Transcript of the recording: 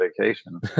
vacation